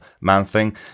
Man-Thing